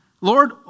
Lord